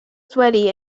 sweaty